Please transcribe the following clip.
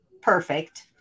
perfect